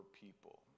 people